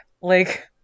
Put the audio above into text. Like-